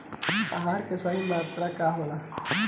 आहार के सही मात्रा का होखे?